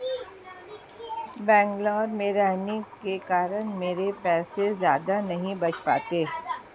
बेंगलुरु में रहने के कारण मेरे पैसे ज्यादा नहीं बच पाते